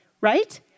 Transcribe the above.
Right